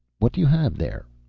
what do you have there?